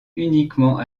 uniquement